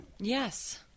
Yes